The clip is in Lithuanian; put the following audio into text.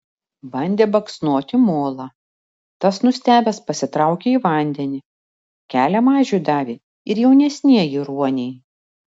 bandė baksnoti molą tas nustebęs pasitraukė į vandenį kelią mažiui davė ir jaunesnieji ruoniai